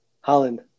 Holland